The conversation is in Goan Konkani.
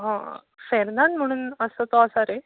अ फॅरनान म्हुणून आसता तो आसा रे